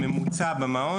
הממוצע במעון,